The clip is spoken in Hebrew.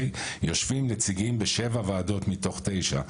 יושבים נציגים בשבע ועדות מתוך תשע.